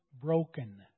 broken